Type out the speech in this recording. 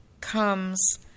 comes